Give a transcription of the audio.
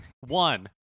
One